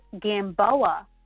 Gamboa